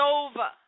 over